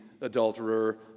adulterer